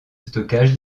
stockage